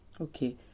Okay